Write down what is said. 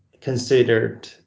considered